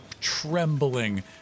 Trembling